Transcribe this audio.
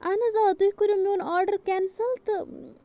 اَہَن حظ آ تُہۍ کٔرِو میٛون آرڈَر کینسَل تہٕ